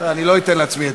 בסדר, אני לא אתן לעצמי היתר.